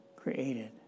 Created